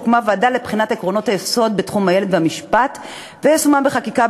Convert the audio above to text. הוקמה ועדה לבחינת עקרונות היסוד בתחום הילד והמשפט ויישומם בחקיקה,